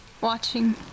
watching